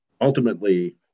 ultimately –